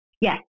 Yes